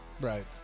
Right